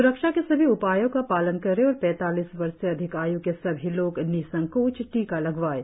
स्रक्षा के सभी उपायों का पालन करें और पैतालीस वर्ष से अधिक आय् के सभी लोग निसंकोच टीका लगवाएं